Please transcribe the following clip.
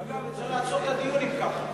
אגב, צריך לעצור את הדיון אם כך.